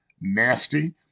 nasty